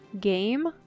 game